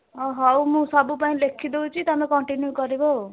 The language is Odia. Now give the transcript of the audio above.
ହଉ ମୁଁ ସବୁ ପାଇଁ ଲେଖି ଦେଉଛି ତୁମେ କଣ୍ଟିନ୍ୟୁ କରିବ ଆଉ